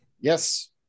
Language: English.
Yes